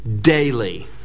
daily